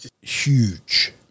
huge